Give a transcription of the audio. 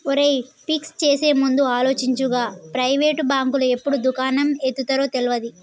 ఒరేయ్, ఫిక్స్ చేసేముందు ఆలోచించు, గా ప్రైవేటు బాంకులు ఎప్పుడు దుకాణం ఎత్తేత్తరో తెల్వది